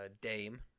Dame